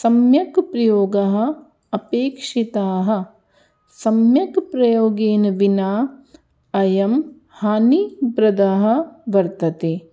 सम्यक् प्रयोगः अपेक्षिताः सम्यक् प्रयोगेन विना अयं हानिप्रदः वर्तते